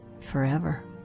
forever